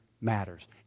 matters